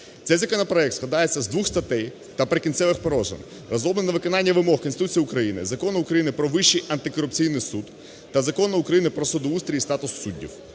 Цей законопроект складається з двох статей та "Прикінцевих положень", розроблений на виконання вимог Конституції України, Закону України "Про Вищій антикорупційний суд" та Закону України "Про судоустрій і статус суддів"